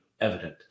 evident